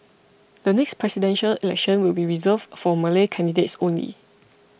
the next Presidential Election will be reserved for Malay candidates only